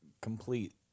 complete